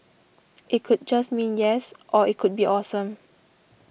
it could just mean yes or it could be awesome